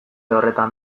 horretan